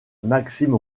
maxime